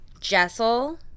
Jessel